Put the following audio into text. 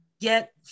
get